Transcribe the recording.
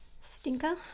Stinker